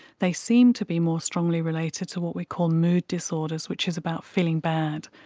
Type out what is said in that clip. they seem to be more strongly related to what we call mood disorders, which is about feeling bad,